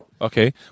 Okay